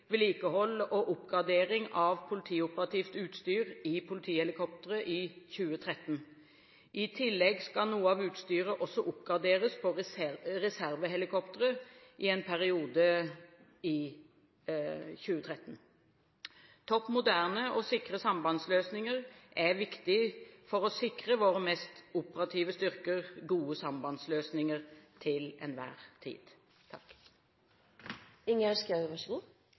vedlikehold og oppgradering av politioperativt utstyr i politihelikopteret i 2013. I tillegg skal noe av utstyret også oppgraderes på reservehelikopteret i en periode i 2013. Topp moderne og sikre sambandsløsninger er viktig for å sikre våre mest operative styrker gode sambandsløsninger til enhver tid.